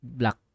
black